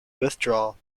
withdraw